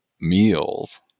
meals